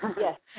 Yes